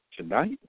tonight